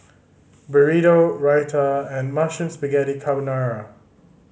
Burrito Raita and Mushroom Spaghetti Carbonara